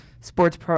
sports